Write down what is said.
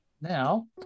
now